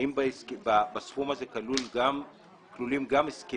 אני שואל האם בסכום הזה כלולים גם הסכמים